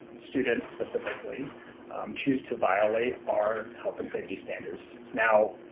students specifically choose to violate our health and safety standards. now,